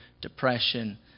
depression